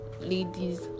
ladies